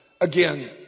again